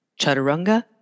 chaturanga